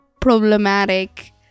problematic